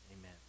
Amen